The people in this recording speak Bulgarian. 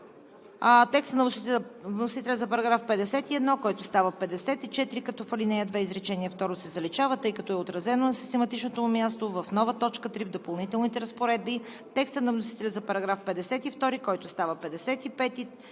текста на вносителя за § 51, който става § 54, като в ал. 2, изречение второ се заличава, тъй като е отразено на систематичното му място в нова т. 3 в Допълнителните разпоредби; текста на вносителя за § 52, който става §